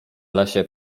lesie